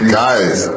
guys